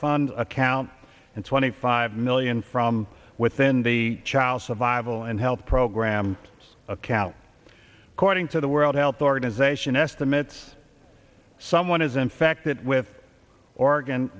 fund account and twenty five million from within the child survival and health program it's a cow according to the world health organization estimates someone is infected with or